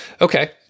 okay